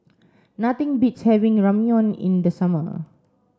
nothing beats having Ramyeon in the summer